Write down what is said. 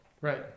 Right